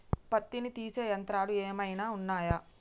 పత్తిని తీసే యంత్రాలు ఏమైనా ఉన్నయా?